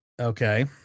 Okay